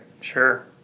Sure